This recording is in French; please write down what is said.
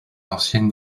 ancienne